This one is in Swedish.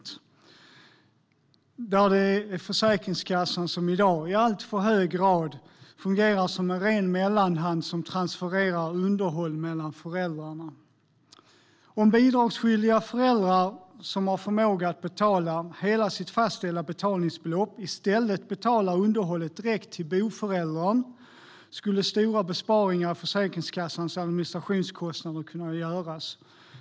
Där är det Försäkringskassan som i dag i alltför hög grad fungerar som en ren mellanhand som transfererar underhåll mellan föräldrarna. Om bidragsskyldiga föräldrar som har förmåga att betala hela sitt fastställda betalningsbelopp i stället betalar underhållet direkt till boföräldern skulle stora besparingar i Försäkringskassans administrationskostnader kunna göras.